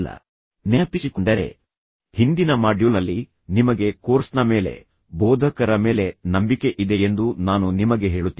ನೀವು ನೆನಪಿಸಿಕೊಂಡರೆ ಹಿಂದಿನ ಮಾಡ್ಯೂಲ್ನಲ್ಲಿ ನಿಮಗೆ ಕೋರ್ಸ್ನ ಮೇಲೆ ನಂಬಿಕೆ ಇದೆ ನಿಮಗೆ ಬೋಧಕರ ಮೇಲೆ ನಂಬಿಕೆ ಇದೆ ಎಂದು ನಾನು ನಿಮಗೆ ಹೇಳುತ್ತಿದ್ದೆ